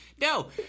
no